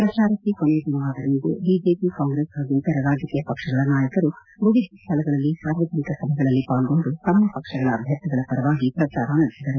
ಪ್ರಚಾರಕ್ಕೆ ಕೊನೆದಿನವಾದ ಇಂದು ಬಿಜೆಪಿ ಕಾಂಗ್ರೆಸ್ ಹಾಗೂ ಇತರ ರಾಜಕೀಯ ಪಕ್ಷಗಳ ನಾಯಕರು ವಿವಿಧ ಸ್ವಳಗಳಲ್ಲಿ ಸಾರ್ವಜನಿಕ ಸಭೆಗಳಲ್ಲಿ ಪಾಲ್ಗೊಂಡು ತಮ್ಮ ಪಕ್ಷಗಳ ಅಭ್ಯರ್ಥಿಗಳ ಪರವಾಗಿ ಪ್ರಚಾರ ನಡೆಸಿದರು